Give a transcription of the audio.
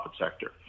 sector